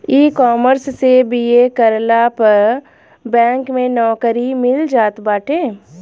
ecommerce से BA करला पअ बैंक में नोकरी मिल जात बाटे